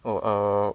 oh err